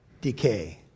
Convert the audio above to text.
decay